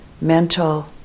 mental